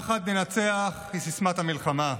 "יחד ננצח" היא סיסמת המלחמה,